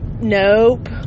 nope